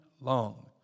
long